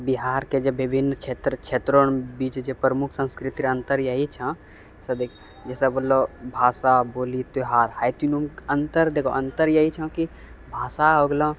बिहारके जे विभिन्न क्षेत्र क्षेत्रो रे बीच संस्कृति र अन्तर यहि छौँ जैसे बोललो भाषा बोली त्यौहार ई तीनूमे अन्तर देखौँ अन्तर यही छौँ कि भाषा भऽ गेलौँ